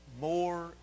more